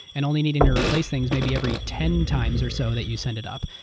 and only needing to replace things maybe every ten times or so that you send it up.